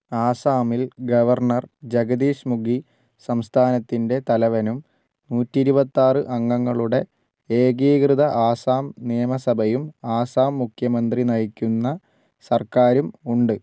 ആസാമിൽ ഗവർണർ ജഗദീഷ് മുഖി സംസ്ഥാനത്തിൻ്റെ തലവനും നൂറ്റി ഇരുപത്തിയാറ് അംഗങ്ങളുടെ ഏകീകൃത ആസാം നിയമസഭയും ആസാം മുഖ്യമന്ത്രി നയിക്കുന്ന സർക്കാരും ഉണ്ട്